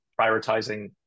prioritizing